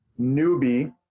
newbie